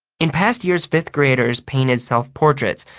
in past years fifth graders painted self-portraits,